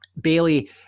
Bailey